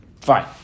Fine